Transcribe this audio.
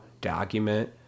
document